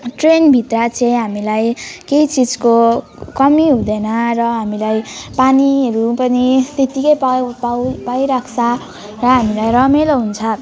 ट्रेनभित्र चाहिँ हामीलाई केही चिजको कमी हुँदैन र हामीलाई पानीहरू पनि त्यतिकै पाउँ पाउँ पाइराख्छ र हामीलाई रमाइलो हुन्छ